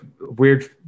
weird